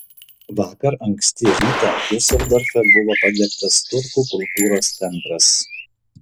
vakar anksti rytą diuseldorfe buvo padegtas turkų kultūros centras